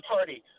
Party